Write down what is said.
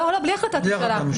לא, בלי החלטת ממשלה.